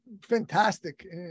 fantastic